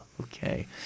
Okay